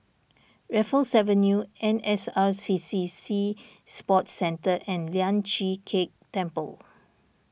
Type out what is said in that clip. Raffles Avenue N S R C C Sea Sports Centre and Lian Chee Kek Temple